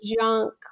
junk